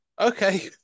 okay